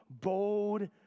bold